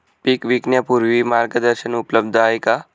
पीक विकण्यापूर्वी मार्गदर्शन उपलब्ध आहे का?